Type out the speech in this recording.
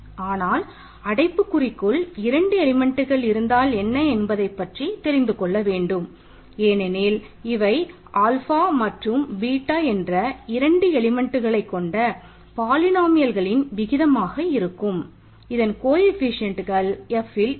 alpha Fல் இருக்கும்